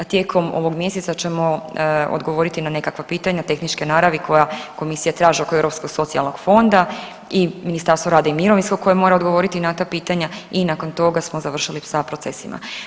Tijekom ovog mjeseca ćemo odgovoriti na nekakva pitanja tehničke naravi koja Komisija traži oko Europskog socijalnog fonda i Ministarstvo rada i mirovinskog koje mora odgovoriti na ta pitanja i nakon toga smo završili sa procesima.